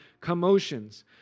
commotions